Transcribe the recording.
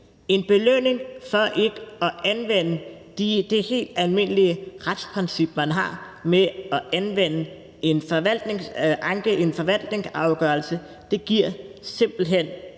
en belønning for ikke at anvende det helt almindelige retsprincip, man har, med at anke en forvaltningsafgørelse. Det giver simpelt hen